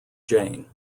jane